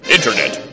Internet